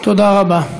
תודה רבה.